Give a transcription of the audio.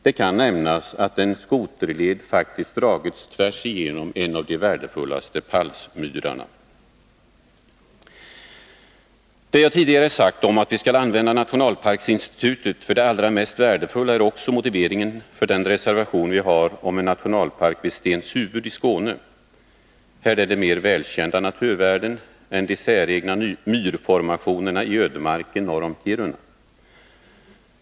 Det kan nämnas att en skoterled faktiskt dragits tvärs igenom en av de värdefullaste palsmyrarna. Det jag tidigare sagt om att vi skall använda nationalparksinstitutet för det allra mest värdefulla är också motiveringen för den reservation vi har om en nationalpark vid Stenshuvud i Skåne. Här är det mer välkända naturvärden än de säregna myrformationerna i ödemarken norr om Kiruna.